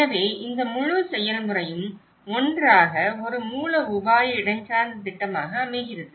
எனவே இந்த முழு செயல்முறையும் ஒன்றாக ஒரு மூல உபாய இடஞ்சார்ந்த திட்டமாக அமைகிறது